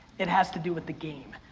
it has to do with the game.